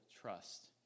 trust